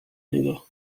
niego